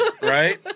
right